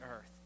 earth